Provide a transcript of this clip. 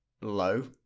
low